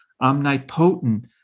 omnipotent